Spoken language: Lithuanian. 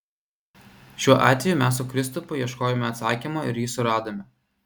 šiuo atveju mes su kristupu ieškojome atsakymo ir jį suradome